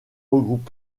regroupe